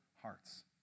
hearts